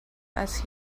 als